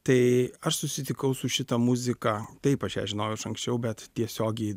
tai aš susitikau su šita muzika taip aš ją žinojau iš anksčiau bet tiesiogiai